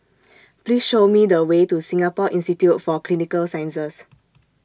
Please Show Me The Way to Singapore Institute For Clinical Sciences